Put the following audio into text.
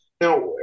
Now